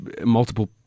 multiple